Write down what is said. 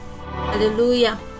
Hallelujah